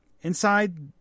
Inside